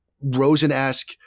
Rosen-esque